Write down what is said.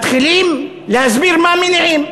מתחילים להסביר מה המניעים.